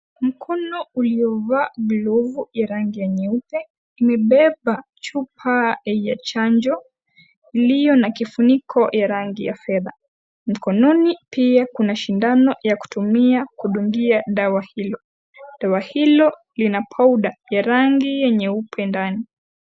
Mkono uliovaa glavu ya rangi ya nyeupe kimebeba chupa ya chanjo iliyo na kifuniko ya rangi ya fedha. Mikononi pia, kuna shindano, ya kutumia, kudungia dawa hilo. Dawa hilo lina powder ya rangi ya nyeupe ndani.